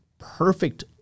perfect